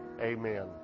Amen